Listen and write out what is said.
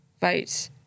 vote